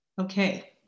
Okay